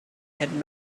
had